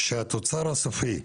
שהתוצר הסופי,